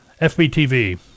FBTV